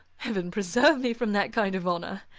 heaven preserve me from that kind of honour!